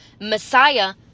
Messiah